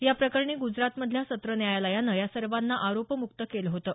या प्रकरणी ग्जरात मधल्या सत्र न्यायालयानं या सर्वांना आरोपमुक्त केलं होतं